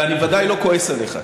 ואני ודאי לא כועס עליך,